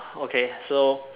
okay so